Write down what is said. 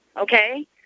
okay